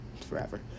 forever